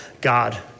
God